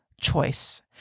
choice